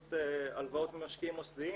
באמצעות הלוואות ממשקיעים מוסדיים.